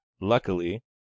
luckily